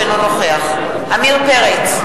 אינו נוכח עמיר פרץ,